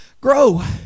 grow